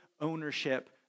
ownership